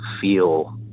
feel